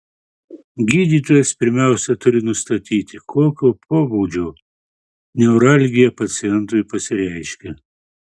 gydytojas pirmiausia turi nustatyti kokio pobūdžio neuralgija pacientui pasireiškia